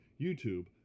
youtube